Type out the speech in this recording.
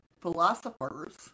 philosophers